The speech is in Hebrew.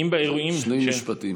שני משפטים.